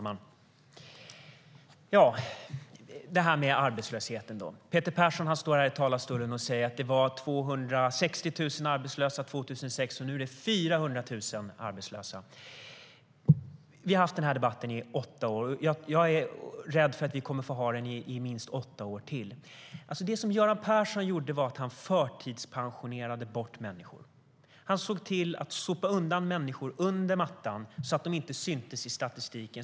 Herr talman! När det gäller arbetslösheten står Peter Persson här i talarstolen och säger att det var 260 000 arbetslösa år 2006 och att det nu är 400 000 arbetslösa. Vi har fört den här debatten i åtta år, och jag är rädd för att vi kommer att få föra den i minst åtta år till. Det som Göran Persson gjorde var att han förtidspensionerade bort människor. Han såg till att sopa undan människor under mattan så att de inte syntes i statistiken.